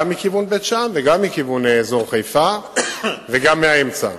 גם מכיוון בית-שאן וגם מכיוון חיפה וגם מהאמצע.